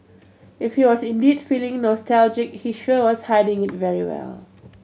if he was indeed feeling nostalgic he sure was hiding it very well